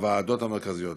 בוועדות המרכזיות.